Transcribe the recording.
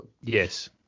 Yes